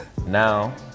Now